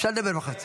אפשר לדבר בחוץ.